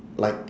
like